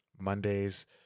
Mondays